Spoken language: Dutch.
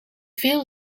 veel